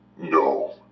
No